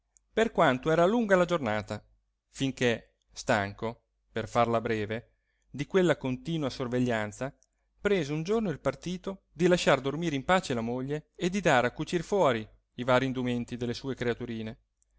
per quanto era lunga la giornata finché stanco per farla breve di quella continua sorveglianza prese un giorno il partito di lasciar dormire in pace la moglie e di dare a cucir fuori i varii indumenti delle sue creaturine